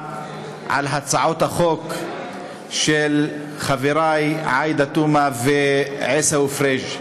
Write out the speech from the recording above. על הצעות החוק של חברי עאידה תומא ועיסאווי פריג'.